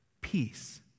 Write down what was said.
Peace